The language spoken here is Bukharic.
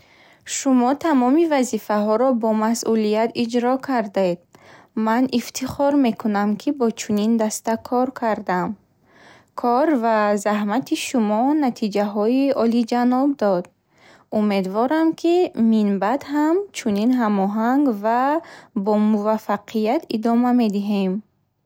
Шумо тамоми вазифаҳоро бо масъулият иҷро кардед. Ман ифтихор мекунам, ки бо чунин даста кор кардам. Кор ва заҳмати шумо натиҷаҳои олиҷаноб дод. Умедворам, ки минбаъд ҳам чунин ҳамоҳанг ва бомуваффақият идома медиҳем.